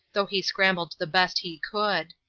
though he scrambled the best he could.